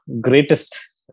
greatest